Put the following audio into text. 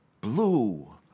blue